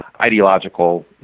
ideological